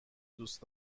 دوست